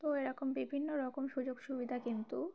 তো এরকম বিভিন্ন রকম সুযোগ সুবিধা কিন্তু